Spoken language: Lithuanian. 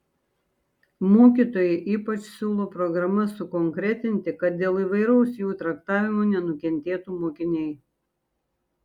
mokytojai ypač siūlo programas sukonkretinti kad dėl įvairaus jų traktavimo nenukentėtų mokiniai